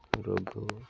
ରୋଗ